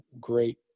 great